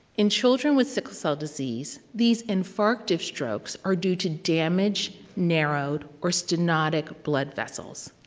in children with sickle cell disease, these infarctive strokes are due to damaged, narrowed, or stenotic blood vessels.